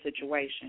situation